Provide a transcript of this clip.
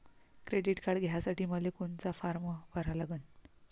Credit card घ्यासाठी मले कोनचा फारम भरा लागन?